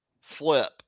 flip